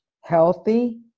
healthy